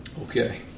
Okay